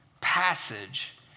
passage